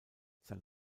sein